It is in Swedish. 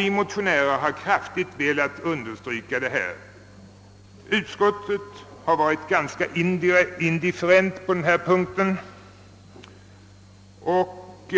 Vi motionärer har velat kraftigt understryka detta. Utskottet har visat sig ganska indifferent på denna punkt, och